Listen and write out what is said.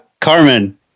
Carmen